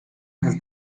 has